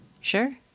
sure